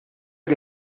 que